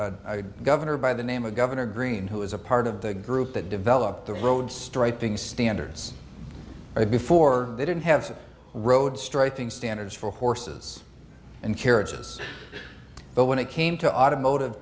governor by the name of governor green who is a part of the group that developed the road striping standards before they didn't have road striping standards for horses and carriages but when it came to automotive